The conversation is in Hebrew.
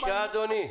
בבקשה, אדוני.